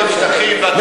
כשאתם החזרתם שטחים ואתם,